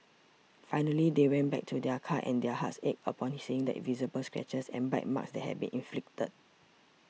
finally they went back to their car and their hearts ached upon seeing the visible scratches and bite marks that had been inflicted